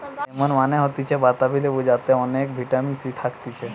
lemon মানে হতিছে বাতাবি লেবু যাতে অনেক ভিটামিন সি থাকতিছে